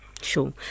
Sure